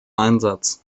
einsatz